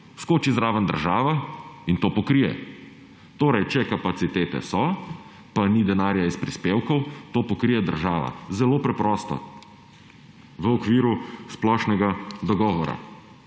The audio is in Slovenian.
skoči zraven država in to pokrije. Torej če kapacitete so, pa ni denarja iz prispevkov, to pokrije država, zelo preprosto, v okviru splošnega dogovora.